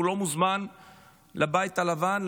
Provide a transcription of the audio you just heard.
הוא לא מוזמן לבית הלבן,